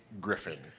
Griffin